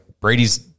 Brady's